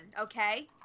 Okay